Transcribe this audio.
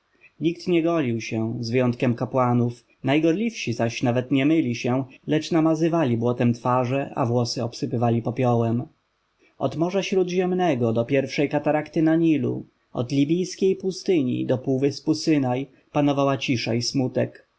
nikt nie golił się z wyjątkiem kapłanów najgorliwsi zaś nawet nie myli się lecz namazywali błotem twarze a włosy obsypywali popiołem od morza śródziemnego do pierwszej katarakty na nilu od libijskiej pustyni do półwyspu synai panowała cisza i smutek